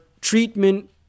treatment